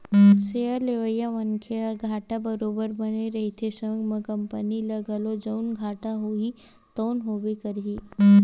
share लेवइया मनखे ल घाटा बरोबर बने रहिथे संग म कंपनी ल घलो जउन घाटा होही तउन होबे करही